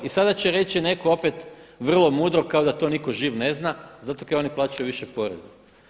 I sada će reći netko opet vrlo mudro kao da to nitko živ ne zna, zato kaj oni plaćaju više poreza.